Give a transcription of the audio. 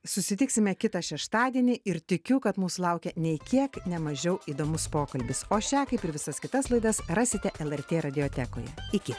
susitiksime kitą šeštadienį ir tikiu kad mūsų laukia nei kiek nemažiau įdomus pokalbis o šią kaip ir visas kitas laidas rasite lrt radiotekoje iki